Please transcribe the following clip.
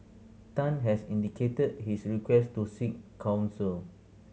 Tan has indicated his request to seek counsel